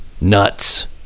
Nuts